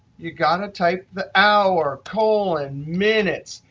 you got to type the hour colon minutes.